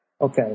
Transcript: Okay